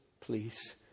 please